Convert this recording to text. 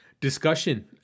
discussion